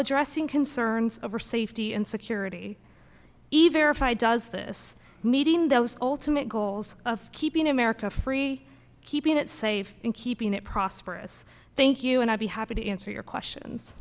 addressing concerns over safety and security even if i does this meeting those ultimate goals of keeping america free keeping it safe and keeping it prosperous thank you and i'll be happy to answer your questions